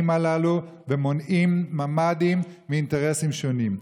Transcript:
הללו ומונעים ממ"דים מאינטרסים שונים.